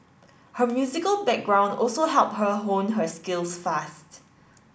her musical background also helped her hone her skills fast